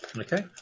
Okay